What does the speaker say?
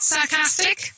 Sarcastic